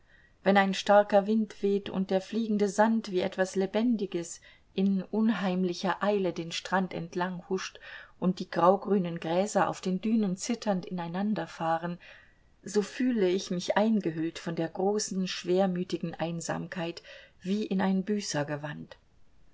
wenn ein starker wind weht und der fliegende sand wie etwas lebendiges in unheimlicher eile den strand entlang huscht und die graugrünen gräser auf den dünen zitternd ineinanderfahren so fühle ich mich eingehüllt von der großen schwermütigen einsamkeit wie in ein